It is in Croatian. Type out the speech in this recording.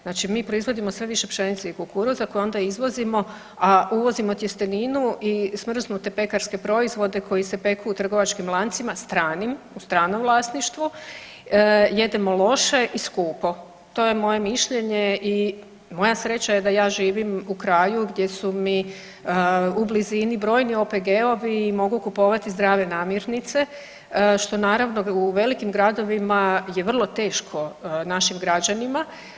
Znači mi proizvodimo sve više pšenice i kukuruza koje onda izvozimo, a uvozimo tjesteninu i smrznute pekarske proizvode koji se peku u trgovačkim lancima, stranim, u stranom vlasništvu, jedemo loše i skupo to je moje mišljenje i moja sreća je da ja živim u kraju gdje su mi u blizini brojni OPG-ovi i mogu kupovati zdrave namirnice što naravno u velikim gradovima je vrlo teško našim građanima.